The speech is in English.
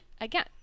again